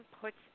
puts